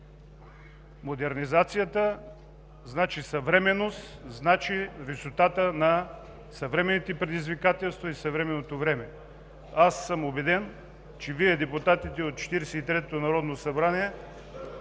Модернизацията значи съвременност, значи висотата на съвременните предизвикателства и съвременното време. Аз съм убеден, че Вие, депутатите от Четиридесет